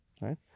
right